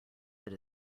that